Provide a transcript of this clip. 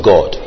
God